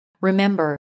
Remember